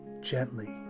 gently